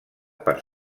per